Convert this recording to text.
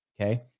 okay